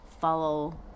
follow